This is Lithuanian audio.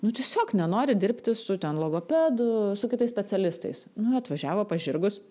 nu tiesiog nenori dirbti su ten logopedu su kitais specialistais nu atvažiavo pas žirgus